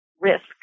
Risk